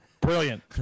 Brilliant